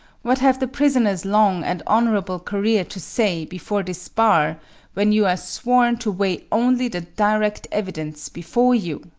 what have the prisoner's long and honorable career to say before this bar when you are sworn to weigh only the direct evidence before you?